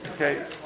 Okay